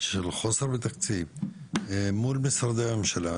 של חוסר בתקציב אל מול משרדי הממשלה,